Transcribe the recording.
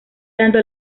tanto